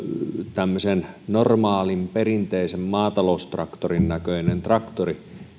tämmöisen normaalin perinteisen maataloustraktorin näköisen traktorin